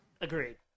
Agreed